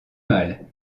mal